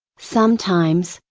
sometimes,